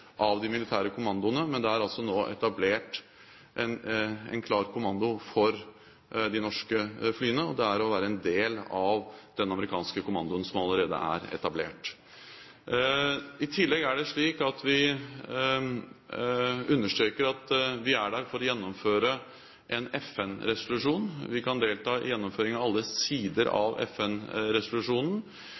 av de militære kommandoene. Men det er altså nå etablert en klar kommando for de norske flyene, og det er å være en del av den amerikanske kommandoen som allerede er etablert. I tillegg er det slik at vi understreker at vi er der for å gjennomføre en FN-resolusjon. Vi kan delta i gjennomføringen av alle sider av